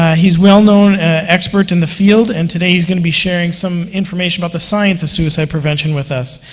ah he's a well-known expert in the field, and today he's going to be sharing some information about the science of suicide prevention with us.